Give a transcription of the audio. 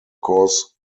cause